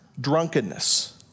drunkenness